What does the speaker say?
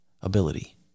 ability